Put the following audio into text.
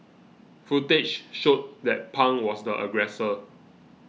footage showed that Pang was the aggressor